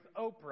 Oprah